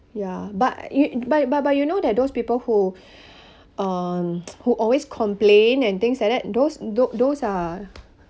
ya but y~ but but but you know that those people who uh who always complain and things like that those those those are